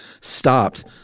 stopped